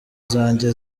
zanjye